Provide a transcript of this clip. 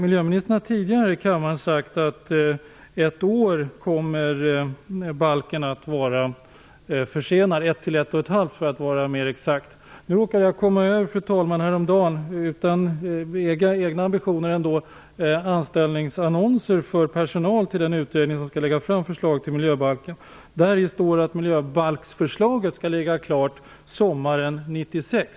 Miljöministern har tidigare här i kammaren sagt att balkens framläggande för kammaren kommer att försenas ett till ett och ett halvt år. Jag råkade, fru talman, häromdagen se annonser för anställning av personal till den utredning som skall lägga fram förslaget till miljöbalk. Där står det att miljöbalksförslaget skall ligga klart sommaren 1996.